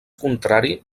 contrari